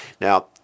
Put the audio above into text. Now